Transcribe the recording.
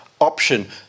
option